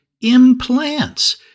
implants